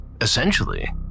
essentially